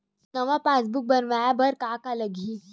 नवा पासबुक बनवाय बर का का लगही?